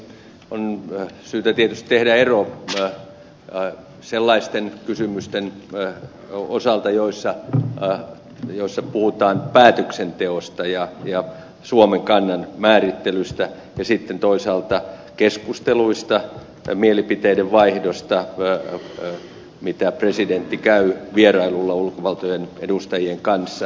on tietysti syytä tehdä ero sellaisten kysymysten joissa puhutaan päätöksenteosta ja suomen kannan määrittelystä ja sitten toisaalta sellaisten keskustelujen mielipiteiden vaihdon mitä presidentti käy vierailulla ulkovaltojen edustajien kanssa välillä